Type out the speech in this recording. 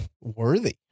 worthy